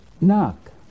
Knock